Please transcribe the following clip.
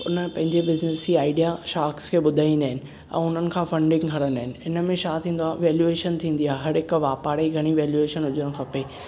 हुन पंहिंजे बिज़निस जा आइडिया शार्क्स खे ॿुधाईंदा आहिनि ऐं हुननि खां फन्डिन्ग खणंदा आहिनि हिन में छा थींदो आहे वेल्युएशन थींदी आहे हर हिक व्यापारी ई घणी वेल्युवेशन हुजण खपे